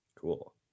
Cool